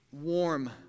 warm